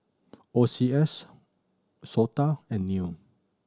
O C S SOTA and NEL